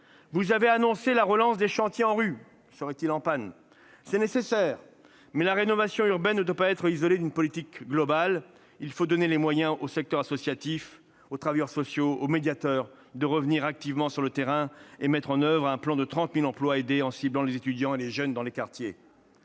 nationale pour la rénovation urbaine. Seraient-ils en panne ? Cette mesure est nécessaire, mais la rénovation urbaine ne doit pas être isolée d'une politique globale : il faut donner les moyens au secteur associatif, aux travailleurs sociaux et aux médiateurs de revenir activement sur le terrain et mettre en oeuvre un plan de 30 000 emplois aidés en ciblant les étudiants et les jeunes dans les quartiers.